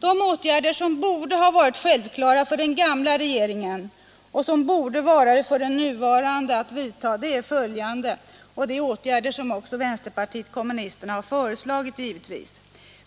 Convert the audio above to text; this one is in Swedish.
De åtgärder som borde ha varit självklara för den gamla regeringen och som borde vara det för den nuvarande är följande — och det är givetvis åtgärder som också vänsterpartiet kommunisterna har föreslagit: